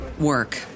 work